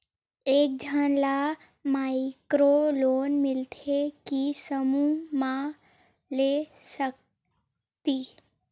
एक झन ला माइक्रो लोन मिलथे कि समूह मा ले सकती?